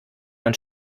man